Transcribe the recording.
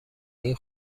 این